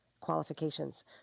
qualifications